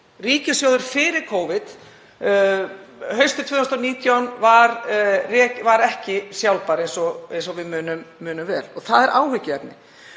Ríkissjóður fyrir Covid, haustið 2019, var ekki sjálfbær, eins og við munum vel. Það er áhyggjuefni.